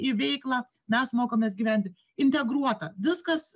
į veiklą mes mokomės gyventi integruota viskas